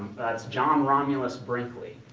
that's john romulus brinkley.